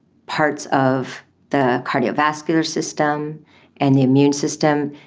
parts of the cardiovascular system and the immune system,